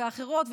ואת האחרות,